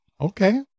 Okay